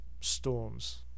storms